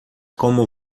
como